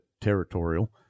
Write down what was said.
territorial